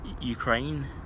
Ukraine